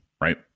right